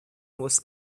was